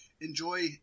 enjoy